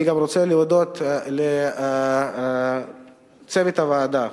אני גם רוצה להודות לצוות הוועדה,